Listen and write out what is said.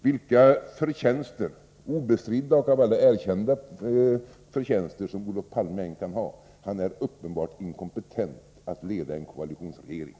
Vilka förtjänster, obestridda och av alla erkända, som Olof Palme än kan ha — han är uppenbart inkompetent att leda en koalitionsregering.